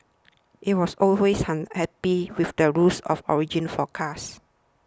it was always unhappy with the rules of origin for cars